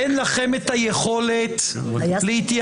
אין לכם את היכולת להתייצב.